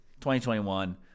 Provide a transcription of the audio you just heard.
2021